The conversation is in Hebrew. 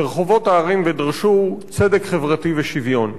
לרחובות הערים ודרשו צדק חברתי ושוויון.